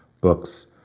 Books